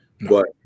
but-